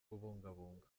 kubungabunga